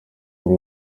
kuri